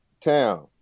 town